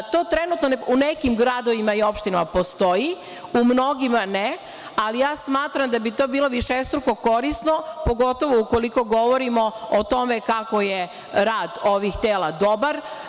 To trenutno u nekim gradovima i opštinama postoji, u mnogima ne, ali smatram da bi to bilo višestruko korisno, pogotovo ukoliko govorimo o tome kako je rad ovih tela dobar.